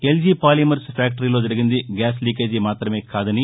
LG Polymers ఫ్యాక్టరీలో జరిగింది gas leakage మాత్రమే కాదని